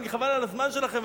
חבל על הזמן שלכם,